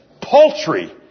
paltry